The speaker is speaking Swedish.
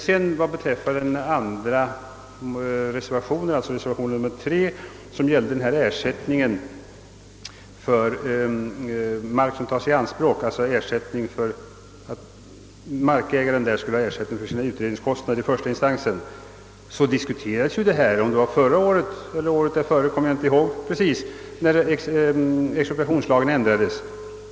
Vad beträffar reservation III och förslaget om att markägaren skall ha ersättning för sina utredningskostnader 1 första instans, så diskuterades samma sak för ett eller ett par år sedan när expropriationslagen ändrades.